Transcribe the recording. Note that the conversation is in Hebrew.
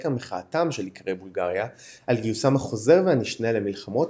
רקע מחאתם של איכרי בולגריה על גיוסם החוזר והנשנה למלחמות